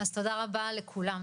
תודה רבה לכולם,